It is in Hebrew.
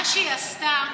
מה שהיא עשתה,